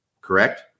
correct